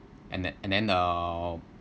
and th~ and then uh